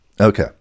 Okay